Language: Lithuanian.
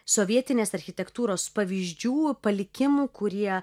sovietinės architektūros pavyzdžių palikimų kurie